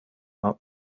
not